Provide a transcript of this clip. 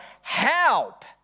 help